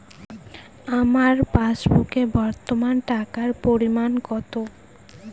আমার পাসবুকে বর্তমান টাকার পরিমাণ কত?